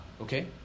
Okay